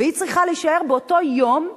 והיא צריכה היתה להישאר באותו היום,